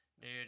Dude